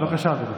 בבקשה, אדוני.